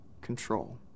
control